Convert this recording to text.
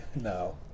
No